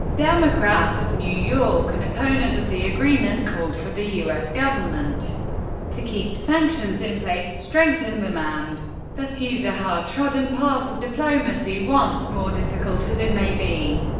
democrat of new york, an and opponent of the agreement, called for the u s. government to keep sanctions in place, strengthen them, and pursue the hard-trodden path of diplomacy once more, difficult as it may be.